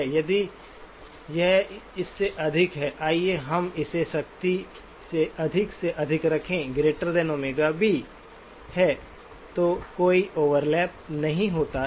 यदि यह इससे अधिक है आइए हम इसे सख्ती से अधिक से अधिक रखें ΩB है तो कोई ओवरलैप नहीं है